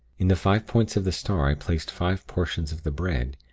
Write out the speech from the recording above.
in the five points of the star i placed five portions of the bread,